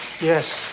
yes